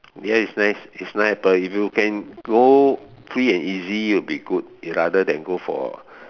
ya it's nice is nice but you can go free and easy you will be good rather then go for